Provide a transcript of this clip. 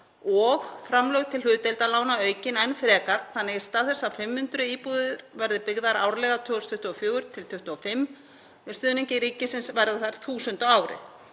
og framlög til hlutdeildarlána aukin enn frekar þannig að í stað þess að 500 íbúðir verði byggðar árlega 2024–2025, með stuðningi ríkisins, verða þær 1.000 á ári.